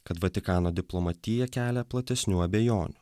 kad vatikano diplomatija kelia platesnių abejonių